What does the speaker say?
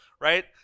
right